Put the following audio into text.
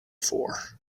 for